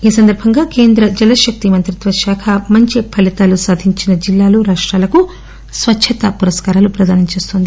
ఈ సందర్బంగా కేంద్ర జలశక్తి మంత్రిత్వశాఖ మంచి ఫలితాలు సాధించిన జిల్లాలు రాష్రాలకు స్వచ్చత పురస్కారాలు ప్రదానం చేస్తోంది